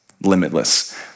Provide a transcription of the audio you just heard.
Limitless